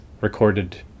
recorded